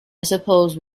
suppose